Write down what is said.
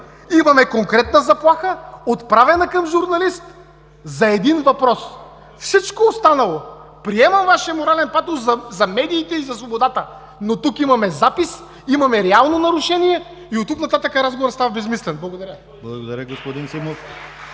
Имаме конкретна заплаха, отправена към журналист за един въпрос. Всичко останало – приемам Вашия морален патос за медийте и за свободата, но тук имаме запис, имаме реално нарушение и от тук нататък разговорът става безсмислен. Благодаря. (Ръкопляскания от